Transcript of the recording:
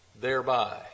thereby